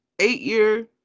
eight-year